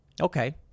Okay